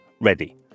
ready